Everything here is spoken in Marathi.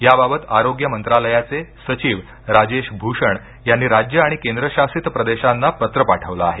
याबाबत आरोग्य मंत्रालयाचे सचिव राजेश भूषण यांनी राज्य आणि केंद्रशासित प्रदेशांना पत्र पाठवलं आहे